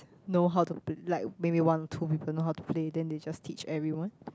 know how to pl~ like maybe one or two people know how to play then they just teach everyone